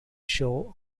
show